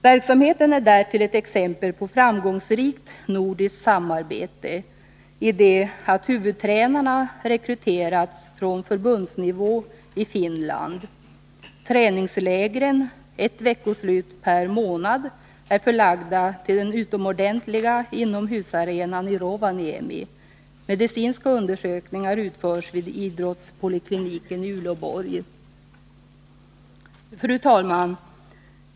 Verksamheten är därtill ett exempel på framgångsrikt nordiskt samarbete i det att huvudtränarna rekryterats från förbundsnivå i Finland. Träningslägren — ett veckoslut per månad — är förlagda till den utomordentliga inomhusarenan i Rovaniemi, och medicinska undersökningar utförs vid idrottspolikliniken i Uleåborg. Fru talman!